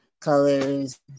colors